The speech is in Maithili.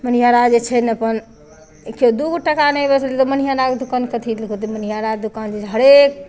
मनिहारा जे छै ने अपन देखियौ दू टका नहि बचलै तऽ मनिहारा दोकान कथी लए करतै मनिहाराके दोकान जे छै हरेक